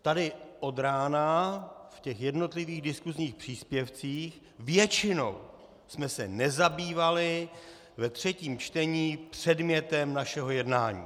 Tady od rána v těch jednotlivých diskusních příspěvcích většinou jsme se nezabývali ve třetím čtení předmětem našeho jednání.